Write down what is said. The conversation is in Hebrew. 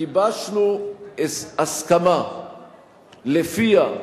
גיבשנו הסכמה שלפיה,